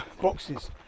boxes